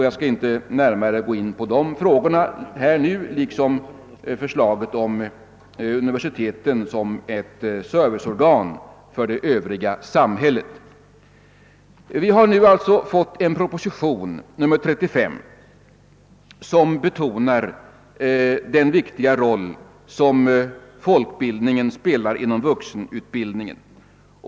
Jag skall inte närmare gå in på dessa frågor nu, liksom inte heller på förslaget om universiteten som ett serviceorgan för det övriga samhället. Den föreliggande propositionen 35 betonar den viktiga roll som folkbildningen spelar inom vuxenutbildningen.